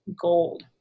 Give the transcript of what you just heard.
gold